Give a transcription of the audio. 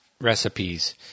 recipes